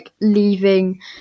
leaving